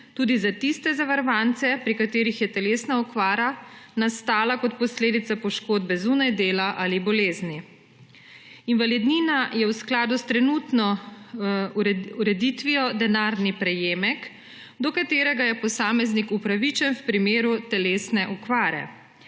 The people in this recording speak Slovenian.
tudi za tiste zavarovance, pri katerih je telesna okvara nastala kot posledica poškodbe zunaj dela ali bolezni. Invalidnina je v skladu s trenutno ureditvijo denarni prejemek, do katerega je posameznik upravičen v primeru telesne okvare.